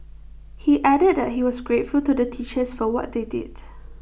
he added that he was grateful to the teachers for what they did